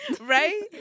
right